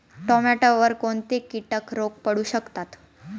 टोमॅटोवर कोणते किटक रोग पडू शकतात?